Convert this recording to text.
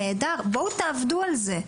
נהדר, בואו תעבדו על זה.